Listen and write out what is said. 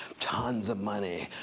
tons of money,